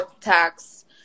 tax